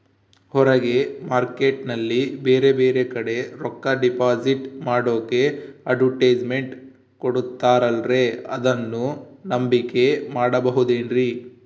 ಹೊರಗೆ ಮಾರ್ಕೇಟ್ ನಲ್ಲಿ ಬೇರೆ ಬೇರೆ ಕಡೆ ರೊಕ್ಕ ಡಿಪಾಸಿಟ್ ಮಾಡೋಕೆ ಅಡುಟ್ಯಸ್ ಮೆಂಟ್ ಕೊಡುತ್ತಾರಲ್ರೇ ಅದನ್ನು ನಂಬಿಕೆ ಮಾಡಬಹುದೇನ್ರಿ?